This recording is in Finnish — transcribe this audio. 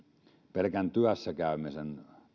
pelkän työssäkäymisen